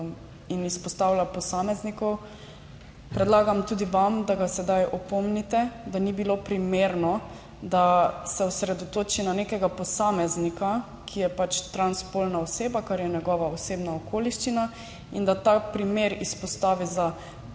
in izpostavlja posameznikov. Predlagam tudi vam, da ga sedaj opomnite, da ni bilo primerno, da se osredotoči na nekega posameznika, ki je pač trans spolna oseba, kar je njegova osebna okoliščina, in da ta primer izpostavi za neko